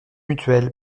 mutuelle